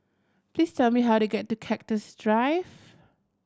please tell me how to get to Cactus Drive